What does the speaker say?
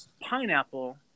pineapple